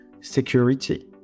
security